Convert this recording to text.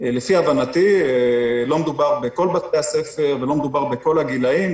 לפי הבנתי לא מדובר בכל בתי הספר ולא מדובר בכל הגילאים,